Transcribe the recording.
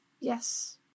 Yes